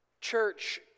church